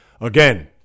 Again